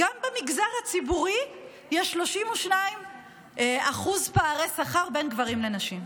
גם במגזר הציבורי יש 32% פערי שכר בין גברים לנשים.